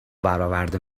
براورده